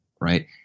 Right